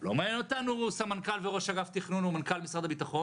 לא מעניין אותנו סמנכ"ל וראש אגף תכנון ומנכ"ל משרד הביטחון